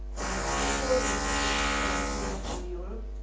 and napoleon had just gone through much of europe,